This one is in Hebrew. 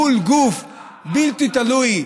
מול גוף בלתי תלוי,